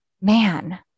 man